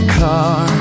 car